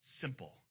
simple